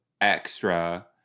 extra